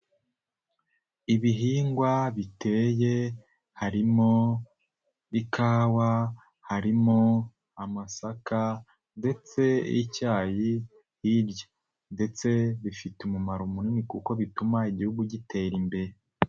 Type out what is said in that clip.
Ibihingwa biteye harimo ikawa, harimo amasaka ndetse icyayi hirya ndetse bifite umumaro munini kuko bituma igihugu gitera imbere.